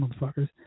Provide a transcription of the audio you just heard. motherfuckers